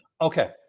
Okay